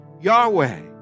Yahweh